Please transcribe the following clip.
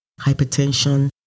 hypertension